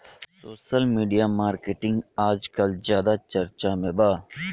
social media marketing आजकल ज्यादा चर्चा में बा